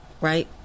Right